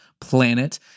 planet